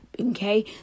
Okay